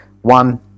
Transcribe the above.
one